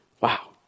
Wow